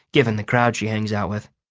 given the crowd she hangs out with.